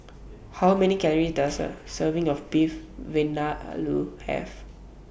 How Many Calories Does A Serving of Beef Vindaloo Have